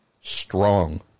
strong